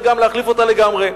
וגם להחליף אותה לגמרי.